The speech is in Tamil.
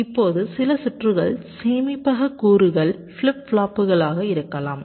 இப்போது சில சுற்றுகள் சேமிப்பக கூறுகள் ஃபிளிப் ஃப்ளாப்புகளாக இருக்கலாம்